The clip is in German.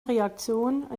reaktion